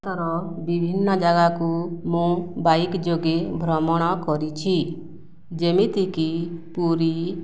ଭାରତର ବିଭିନ୍ନ ଜାଗାକୁ ମୁଁ ବାଇକ୍ ଯୋଗେ ଭ୍ରମଣ କରିଛି ଯେମିତିକି ପୁରୀ